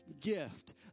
gift